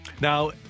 Now